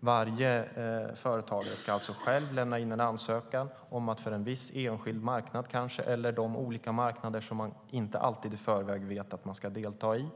Varje företagare ska alltså själv lämna in en ansökan om en viss enskild marknad eller de olika marknader som man inte alltid i förväg vet att man ska delta i.